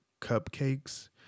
cupcakes –